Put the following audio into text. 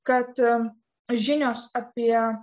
kad žinios apie